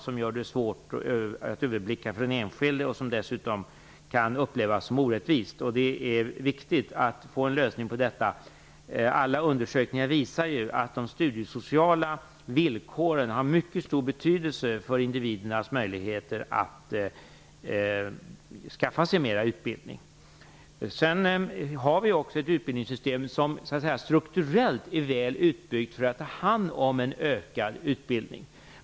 Det gör det svårt för den enskilde att överblicka och kan dessutom upplevas som orättvist. Det är alltså viktigt att finna en lösning på detta. Alla undersökningar visar att de studiesociala villkoren har mycket stor betydelse för individernas möjligheter att skaffa sig mer utbildning. Vi har också ett utbildningssystem som strukturellt är väl utbyggt för att ta hand om en ökad utbildning.